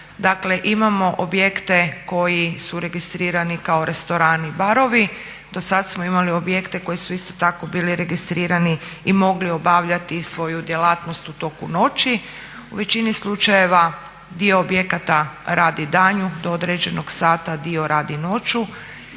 dakle imamo objekte koji su registrirani kao restorani i barovi, dosad smo imali objekte koji su isto tako bili registrirani i mogli obavljati svoju djelatnost u toku noći. U većini slučajeva dio objekata radi danju do određenog sata, dio radi noću